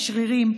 בשרירים,